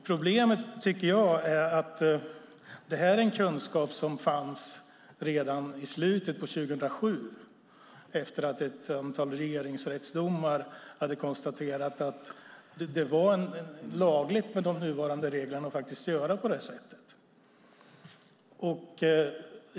Problemet är att det här är kunskap som fanns redan i slutet av 2007 efter att ett antal regeringsrättsdomar hade konstaterat att det var lagligt med de nuvarande reglerna att göra på det här sättet.